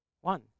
one